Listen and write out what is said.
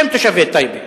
בשם תושבי טייבה.